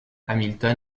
hamilton